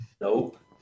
Nope